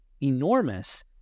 enormous